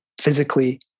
physically